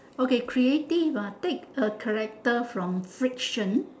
okay creative ah take a character from friction